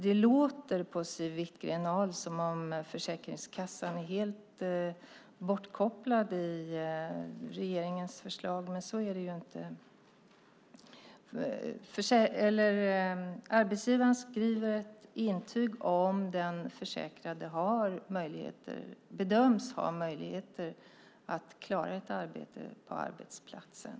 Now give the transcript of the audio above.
Det låter på Siw Wittgren-Ahl som om Försäkringskassan är helt bortkopplad i regeringens förslag, men så är det inte. Arbetsgivaren skriver ett intyg om den försäkrade bedöms ha möjligheter att klara ett arbete på arbetsplatsen.